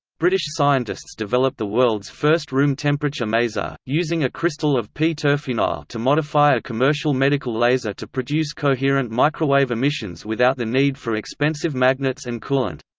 british scientists develop the world's first room-temperature maser, using a crystal of p-terphenyl to modify a commercial medical laser to produce coherent microwave emissions without the need for expensive magnets and coolant.